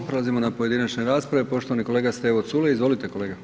Prelazimo na pojedinačne rasprave, poštovani kolega Stevo Culej, izvolite kolega.